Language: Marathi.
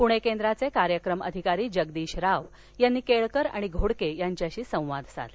पुणे केंद्राचे कार्यक्रम अधिकारी जगदीश राव यांनी केळकर आणि घोडके यांच्याशी संवाद साधला